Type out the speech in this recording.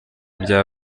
bya